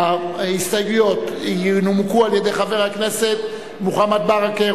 שההסתייגויות ינומקו על-ידי חבר הכנסת מוחמד ברכה,